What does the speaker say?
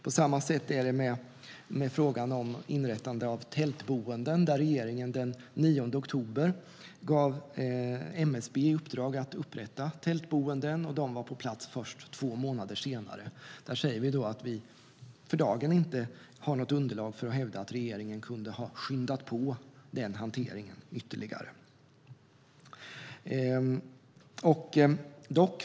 På samma sätt är det med frågan om inrättande av tältboenden, där regeringen den 9 oktober gav MSB i uppdrag att upprätta tältboenden. De var på plats först två månader senare. Utskottet säger att vi för dagen inte har något underlag för att hävda att regeringen kunde ha skyndat på den hanteringen ytterligare.